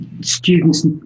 students